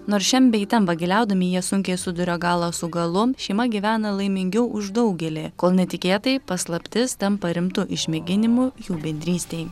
nors šen bei ten vagiliaudami jie sunkiai suduria galą su galu šeima gyvena laimingiau už daugelį kol netikėtai paslaptis tampa rimtu išmėginimu jų bendrystei